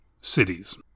cities